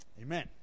amen